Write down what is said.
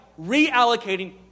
reallocating